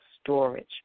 storage